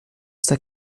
está